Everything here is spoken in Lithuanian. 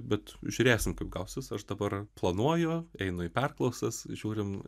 bet žiūrėsim kaip gausis aš dabar planuoju einu į perklausas žiūrim